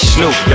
Snoop